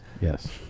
yes